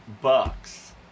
bucks